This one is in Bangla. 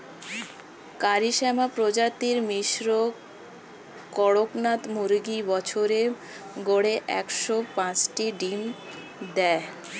কারি শ্যামা প্রজাতির মিশ্র কড়কনাথ মুরগী বছরে গড়ে একশ পাঁচটি ডিম দেয়